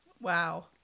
Wow